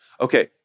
okay